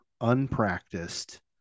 unpracticed